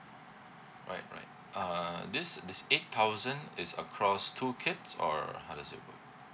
right right uh this this eight thousand is across two kids or how does it work